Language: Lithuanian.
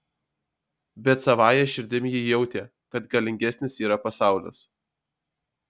bet savąja širdim ji jautė kad galingesnis yra pasaulis